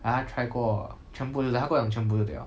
like 他 try 过全部都是他跟我讲全部就对了